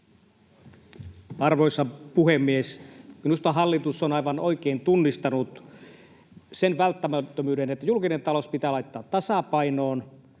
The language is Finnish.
Arvoisa puhemies! Minusta hallitus on aivan oikein tunnistanut sen välttämättömyyden, että julkinen talous pitää laittaa tasapainoon